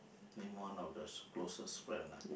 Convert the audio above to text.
name one of the closest friend ah